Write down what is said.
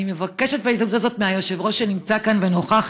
אני מבקשת בהזדמנות הזאת מהיושב-ראש שנמצא כאן ונוכח,